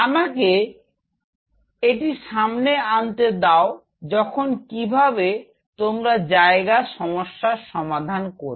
আমাকে একটি সামনে আনতে দাও যখন কিভাবে তোমরা জায়গা সমস্যার সমাধান করবে